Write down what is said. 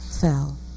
fell